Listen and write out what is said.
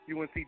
UNC